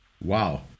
Wow